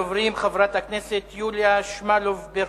ראשונת הדוברים, חברת הכנסת יוליה שמאלוב-ברקוביץ,